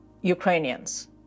Ukrainians